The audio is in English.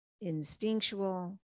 instinctual